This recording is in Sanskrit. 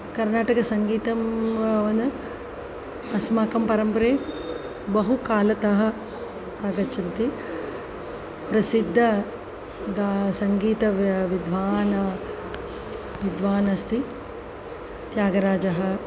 कर्नाटकसङ्गीतम् वन् अस्माकं परम्परे बहु कालतः आगच्छन्ति प्रसिद्धः गा सङ्गीतविद्वान् विध्वान् अस्ति त्यागराजः